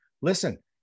listen